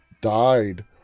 died